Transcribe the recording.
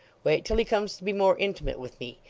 wait till he comes to be more intimate with me.